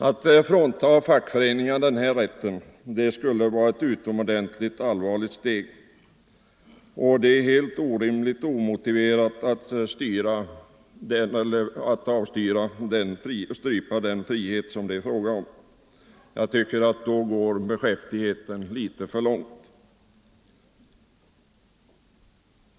Att frånta fackföreningarna denna rätt skulle vara ett utomordentligt allvarligt steg. Det är helt orimligt och omotiverat att strypa den frihet som det här är fråga om. Då skulle beskäftigheten gå litet för långt.